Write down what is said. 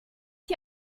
die